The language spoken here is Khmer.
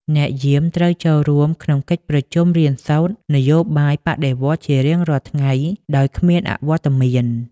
អ្នកយាមត្រូវចូលរួមក្នុងកិច្ចប្រជុំរៀនសូត្រនយោបាយបដិវត្តន៍ជារៀងរាល់ថ្ងៃដោយគ្មានអវត្តមាន។